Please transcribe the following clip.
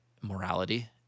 morality